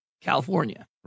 California